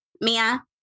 Mia